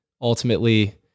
ultimately